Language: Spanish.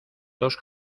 dos